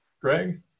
Greg